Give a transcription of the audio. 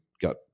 got